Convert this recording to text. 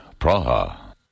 Praha